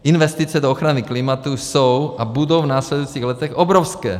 Investice do ochrany klimatu jsou a budou v následujících letech obrovské.